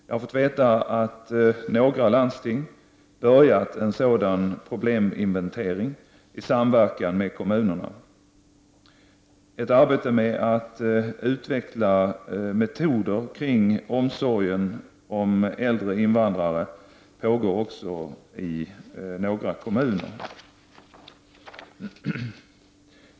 Jag har fått veta att några landsting börjat en sådan probleminventering i samverkan med kommunerna. Ett arbete med att utveckla metoder kring omsorgen om äldre invandrare pågår också i några kommuner.